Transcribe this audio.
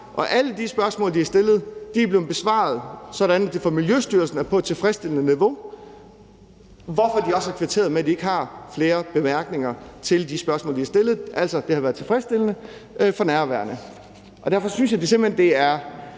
alle de spørgsmål, de har stillet, er blevet besvaret, sådan at det for Miljøstyrelsen er på et tilfredsstillende niveau, hvorfor de også har kvitteret med, at de ikke har flere bemærkninger til de spørgsmål, de har stillet. Altså, det har været tilfredsstillende for nærværende. Derfor synes jeg simpelt hen,